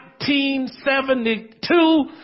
1972